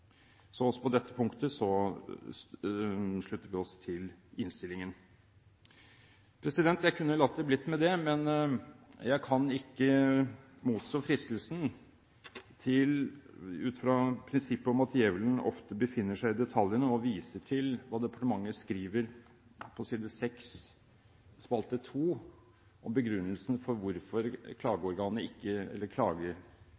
Så også på dette punktet slutter vi oss til innstillingen. Jeg kunne latt det blitt med det, men jeg kan ikke ut fra prinsippet om at djevelen ofte befinner seg i detaljene, motstå fristelsen til å vise til hva departementet skriver, som er inntatt på side 6 annen spalte i innstillingen, om begrunnelsen for hvorfor